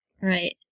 Right